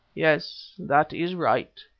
yes, that is right.